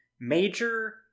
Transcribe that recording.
major